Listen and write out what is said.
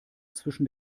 zwischen